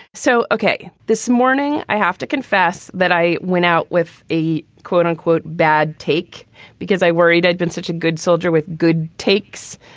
so, ok, this morning, i have to confess that i went out with a quote unquote bad take because i worried i'd been such a good soldier with good takes.